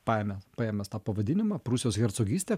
paėmė paėmęs tą pavadinimą prūsijos hercogystę